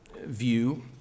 view